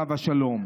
עליו השלום.